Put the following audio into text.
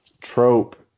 trope